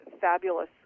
fabulous